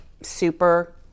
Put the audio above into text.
Super